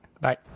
Bye